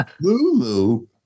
Lulu